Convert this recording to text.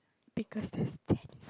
because it's tennis